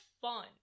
fun